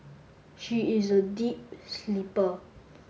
she is a deep sleeper